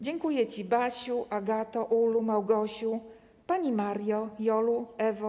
Dziękuję ci, Basiu, Agato, Ulu, Małgosiu, pani Mario, Jolu, Ewo.